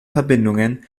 verbindungen